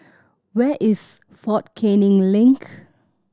where is Fort Canning Link